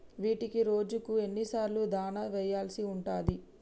వీటికి రోజుకు ఎన్ని సార్లు దాణా వెయ్యాల్సి ఉంటది?